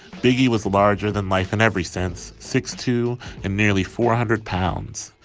biggie was larger than life in every sense six to and nearly four hundred pounds.